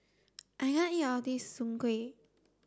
I can't eat of this Soon Kway